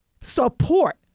Support